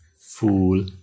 Fool